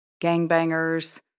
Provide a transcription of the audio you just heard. gangbangers